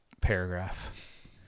paragraph